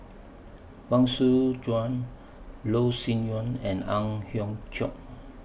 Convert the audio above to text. Huang Shu Joan Loh Sin Yun and Ang Hiong Chiok